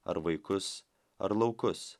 ar vaikus ar laukus